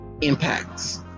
impacts